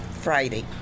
Friday